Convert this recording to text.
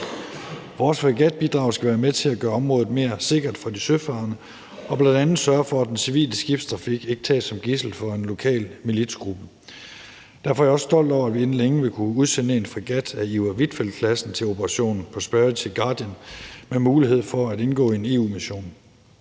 Vores fregatbidrag skal være med til at gøre området mere sikkert for de søfarende og bl.a. sørge for, at den civile skibstrafik ikke tages som gidsel af en lokal militsgruppe. Derfor er jeg også stolt over, at vi inden længe kan sende en fregat i Iver Huitfeldt-klassen til »Operation Prosperity Guardian« med mulighed for at indgå i en EU-mission.